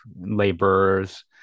laborers